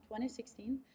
2016